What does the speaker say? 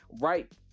right